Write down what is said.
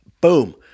boom